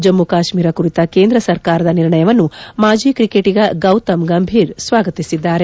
ಜಮ್ಮು ಕಾಶ್ಮೀರ ಕುರಿತ ಕೇಂದ್ರ ಸರಕಾರದ ನಿರ್ಣಯವನ್ನು ಮಾಜಿ ಕ್ರಿಕೆಟಿಗ ಗೌತಮ್ ಗಂಭೀರ್ ಸ್ವಾಗತಿಸಿದ್ದಾರೆ